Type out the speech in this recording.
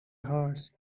hearts